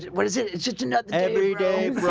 what is it it sitting up every day?